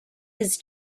his